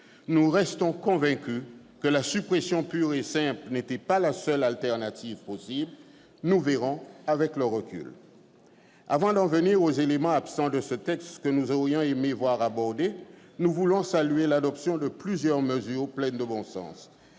nous restons convaincus que la suppression pure et simple n'était pas la seule solution possible. Nous verrons avec le recul. Avant d'en venir aux éléments absents de ce texte que nous aurions aimé voir abordés, nous voulons saluer l'adoption de plusieurs mesures pleines de bon sens